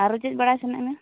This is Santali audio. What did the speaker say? ᱟᱨᱚ ᱪᱮᱫ ᱵᱟᱲᱟᱭ ᱥᱟᱱᱟᱭᱮᱫ ᱢᱮᱭᱟ